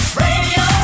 radio